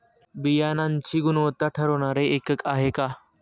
बियाणांची गुणवत्ता ठरवणारे एकक आहे का?